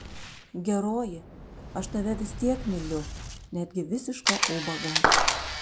geroji aš tave vis tiek myliu netgi visišką ubagą